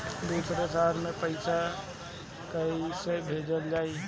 दूसरे शहर में पइसा कईसे भेजल जयी?